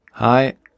Hi